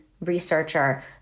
researcher